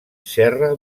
serra